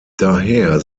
daher